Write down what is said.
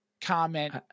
comment